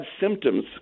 symptoms